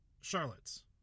Charlotte's